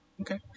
Okay